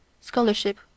scholarship